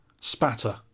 spatter